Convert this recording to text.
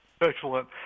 Excellent